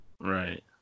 Right